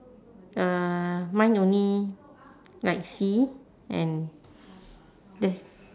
uh mine only like sea and there's